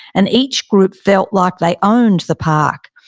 and each group felt like they owned the park.